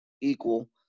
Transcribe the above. equal